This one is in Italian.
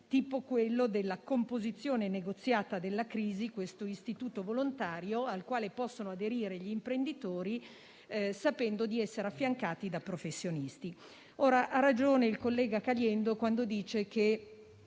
- ad esempio - alla composizione negoziata della crisi, l'istituto volontario al quale possono aderire gli imprenditori sapendo di essere affiancati da professionisti. Ha ragione il collega Caliendo quando afferma che